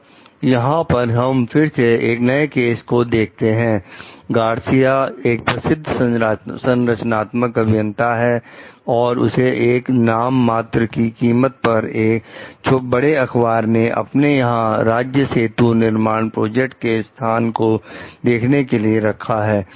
अब यहां पर हम फिर से एक नए को केस देखते हैं गार्सिया एक प्रसिद्ध संरचनात्मक अभियंता है और उसे एक नाम मात्र की कीमत पर एक बड़े अखबार ने अपने यहां राज्य सेतु निर्माण प्रोजेक्ट के स्थल को देखने के लिए रखा है